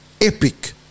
epic